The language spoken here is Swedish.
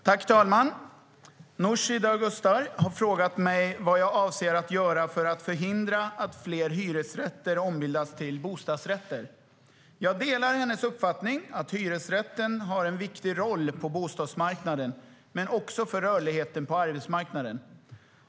Herr talman! Nooshi Dadgostar har frågat mig vad jag avser att göra för att förhindra att fler hyresrätter ombildas till bostadsrätter. Jag delar hennes uppfattning att hyresrätten har en viktig roll på bostadsmarknaden men också för rörligheten på arbetsmarknaden.